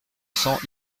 cents